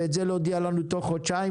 ואת זה להודיע לנו תוך חודשיים.